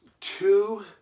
two